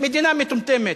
מדינה מטומטמת.